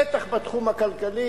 בטח בתחום הכלכלי,